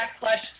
backslash